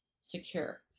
secure